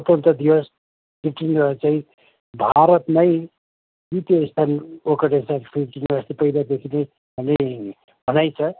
स्वतन्त्र दिवस फिफ्टिन यो चाहिँ भारतमै तृतीय स्थान ओगटेको पहिल्यैदेखि नै भन्ने भनाइ छ